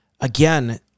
again